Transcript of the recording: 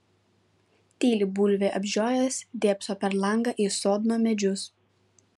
tyli bulvę apžiojęs dėbso per langą į sodno medžius